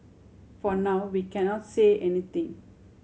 for now we cannot say anything